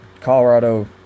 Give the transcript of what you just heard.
Colorado